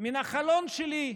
מן החלון שלי,